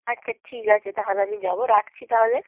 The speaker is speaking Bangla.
আচ্ছা ঠিক আছে তাহলে আমি যাবো রাখছি তাহলে